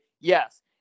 Yes